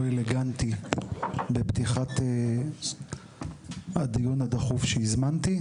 אלגנטי בפתיחת הדיון הדחוף שהזמנתי.